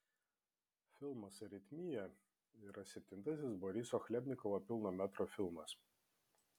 filmas aritmija yra septintasis boriso chlebnikovo pilno metro filmas